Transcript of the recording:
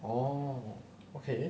oh okay